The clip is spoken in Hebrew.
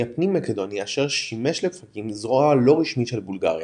הפנים-מקדוני אשר שימש לפרקים זרוע לא רשמית של בולגריה,